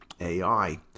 AI